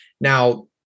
Now